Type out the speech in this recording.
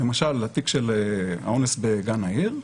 למשל תיק האונס בגן העיר,